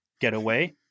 getaway